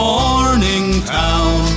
Morningtown